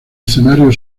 escenario